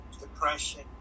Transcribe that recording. depression